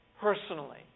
personally